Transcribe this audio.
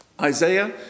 Isaiah